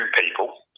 people